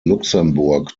luxemburg